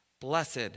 Blessed